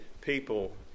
people